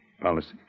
Policy